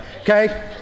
okay